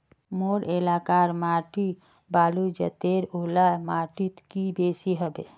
मोर एलाकार माटी बालू जतेर ओ ला माटित की बेसी हबे?